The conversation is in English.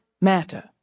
matter